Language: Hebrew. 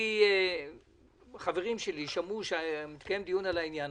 שיבואו שר האוצר או ראש הממשלה או שניהם יחד ויגידו: